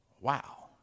Wow